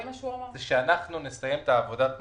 זה שאנחנו נסיים את עבודת המטה,